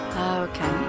okay